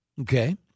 Okay